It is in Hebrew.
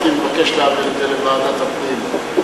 הייתי מבקש להעביר את זה לוועדת הפנים.